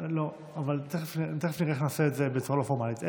אבל תכף נראה איך נעשה את זה בצורה לא פורמלית.